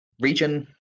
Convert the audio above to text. region